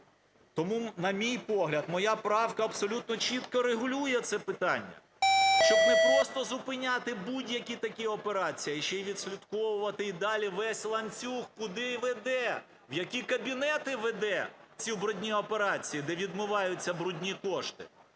Тому на мій погляд моя правка абсолютно чітко регулює це питання, щоб не просто зупиняти будь-які такі операції, а ще й відслідковувати і далі весь ланцюг куди веде, в які кабінети веде ці "брудні" операції, де відмиваються "брудні" кошти.